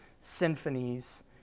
symphonies